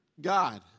God